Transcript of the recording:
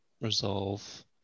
resolve